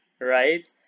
Right